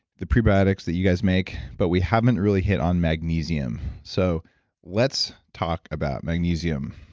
the probiotics that you guys make, but we haven't really hit on magnesium. so let's talk about magnesium.